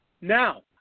Now